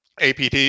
APT